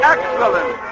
Excellent